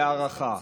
להארכה.